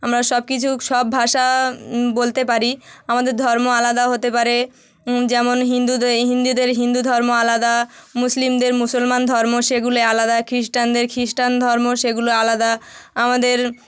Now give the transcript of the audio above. আমরা সব কিছু সব ভাষা বলতে পারি আমাদের ধর্ম আলাদা হতে পারে যেমন হিন্দুদের হিন্দুধর্ম আলাদা মুসলিমদের মুসলমান ধর্ম সেগুলে আলাদা খিস্টানদের খিস্টান ধর্ম সেগুলো আলাদা আমাদের